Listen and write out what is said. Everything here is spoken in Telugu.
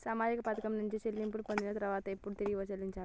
సామాజిక పథకం నుండి చెల్లింపులు పొందిన తర్వాత ఎప్పుడు తిరిగి చెల్లించాలి?